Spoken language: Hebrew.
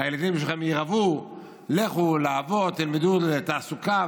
הילדים שלכם ירעבו, לכו לעבוד ותלמדו תעסוקה.